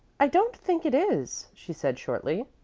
i don't think it is, she said, shortly.